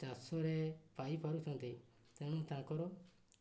ଚାଷରେ ପାଇପାରୁଛନ୍ତି ତେଣୁ ତାଙ୍କର